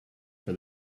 for